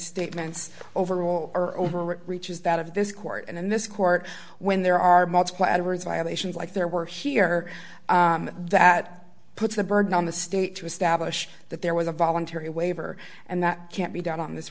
statements overall are over it reaches that of this court and in this court when there are multiple edwards violations like there were here that puts the burden on the state to establish that there was a voluntary waiver and that can't be done on this